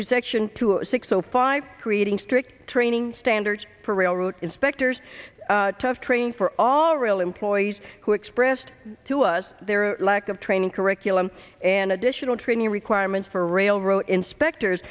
to section two six zero five creating strict training standards for railroad inspectors tough training for all real employees who expressed to us their lack of training curriculum and additional training requirements for railroad inspectors